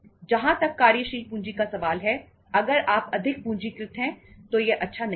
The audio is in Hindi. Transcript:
जहां तक कार्यशील पूंजी का सवाल है अगर आप अधिक पूंजीकृत है तो यह अच्छा नहीं है